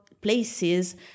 places